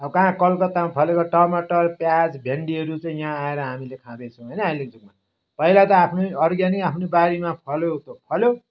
अब कहाँ कलकत्तामा फलेको टमाटर प्याज भेन्डीहरू चाहिँ यहाँ आएर हामीले खादैछौँ होइन अहिलेको जुगमा पहिला त आफ्नै अर्ग्यानिक आफ्नो बारीमा फल्यो त फल्यो